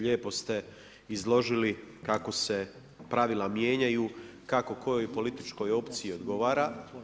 Lijepo ste izložili kako se pravila mijenjaju kako kojoj političkoj opciji odgovara.